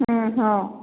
ଏଁ ହଁ